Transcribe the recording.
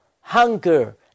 hunger